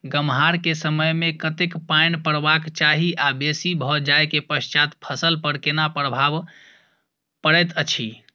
गम्हरा के समय मे कतेक पायन परबाक चाही आ बेसी भ जाय के पश्चात फसल पर केना प्रभाव परैत अछि?